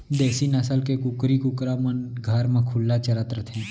देसी नसल के कुकरी कुकरा मन घर म खुल्ला चरत रथें